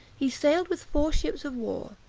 he sailed with four ships of war,